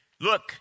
Look